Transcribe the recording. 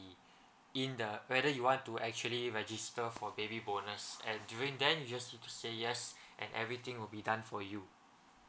in the whether you want to actually register for baby bonus and during then you just need to say yes and everything will be done for you